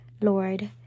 Lord